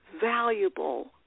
valuable